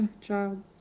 Child